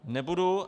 Nebudu.